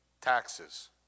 taxes